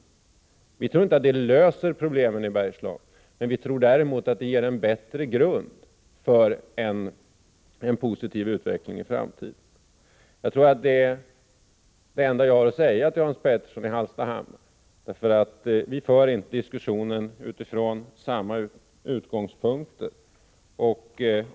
Vi tror inte att det löser problemen i Bergslagen, men vi tror däremot att det ger en bättre grund för en positiv utveckling i framtiden. Det är det enda jag har att säga till Hans Petersson i Hallstahammar. Vi för inte diskussionen från samma utgångspunkter.